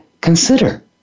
consider